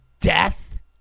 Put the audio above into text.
death